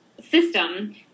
system